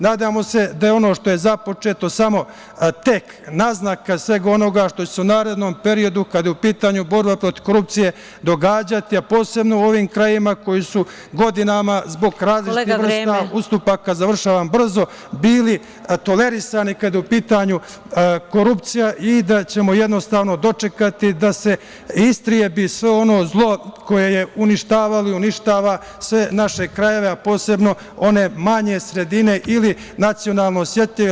Nadamo se da je ono što je započeto samo tek naznaka svega onoga što će se u narednom periodu, kada je u pitanju borba protiv korupcije, događati, a posebno u ovim krajevima koji su godinama zbog različitih vrsta ustupaka bili tolerisani kada je u pitanju korupcija i da ćemo jednostavno dočekati da se istrebi sve ono zlo koje je uništavalo i uništava sve naše krajeve, a posebno one manje sredine ili nacionalno osetljive.